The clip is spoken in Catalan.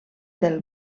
del